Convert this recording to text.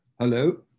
Hello